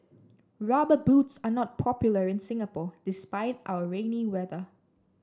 rubber boots are not popular in Singapore despite our rainy weather